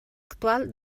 actual